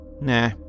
Nah